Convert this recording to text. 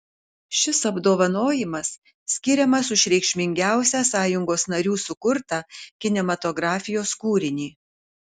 šis apdovanojimas skiriamas už reikšmingiausią sąjungos narių sukurtą kinematografijos kūrinį